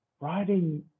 writing